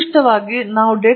ಆದ್ದರಿಂದ ಸುಮಾರು 260 ಕ್ರಿ